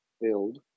build